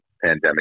Pandemic